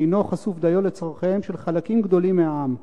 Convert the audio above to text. שאינו חשוף דיו לצורכיהם של חלקים גדולים מהעם.